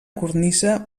cornisa